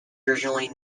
originally